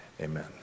Amen